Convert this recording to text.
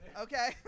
Okay